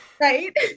Right